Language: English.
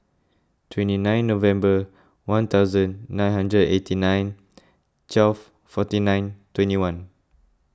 twenty nine November one thousand nine hundred eighty nine twelve forty nine twenty one